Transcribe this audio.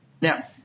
Now